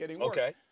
Okay